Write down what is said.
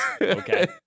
okay